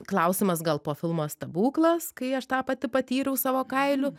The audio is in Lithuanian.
klausimas gal po filmo stebuklas kai aš tą pati patyriau savo kailiu